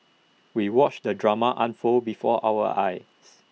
we watched the drama unfold before our eyes